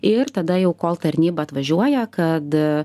ir tada jau kol tarnyba atvažiuoja kad